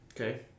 okay